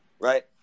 right